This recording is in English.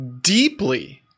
deeply